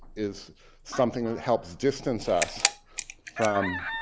is something that helps distance us from